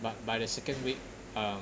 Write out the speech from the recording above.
but by the second week uh